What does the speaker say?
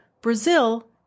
Brazil